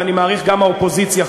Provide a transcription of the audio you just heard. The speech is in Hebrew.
ואני מעריך שגם האופוזיציה,